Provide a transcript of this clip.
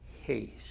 haste